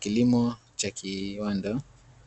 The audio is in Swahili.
Kilimo cha kiwanda,